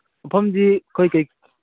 ꯃꯐꯝꯗꯤ ꯑꯩꯈꯣꯏ